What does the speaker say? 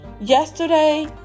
yesterday